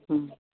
हं